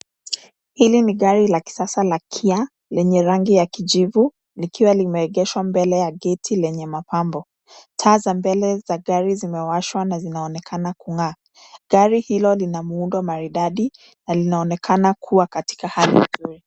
Hili ni gari la kisasa la kia lenye rangi ya kijivu. Likiwa limeegeshwa mbele ya geti lenye mapambo. Taa za mbele za gari zimewashwa na zinaonekna kung'aa. Gari hilo lin muundo maridadi na linaonekana kuwa katika hali nzuri.